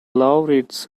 laureates